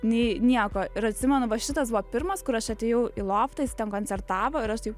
nei nieko ir atsimenu va šitas buvo pirmas kur aš atėjau į loftą jisai ten koncertavo ir aš taip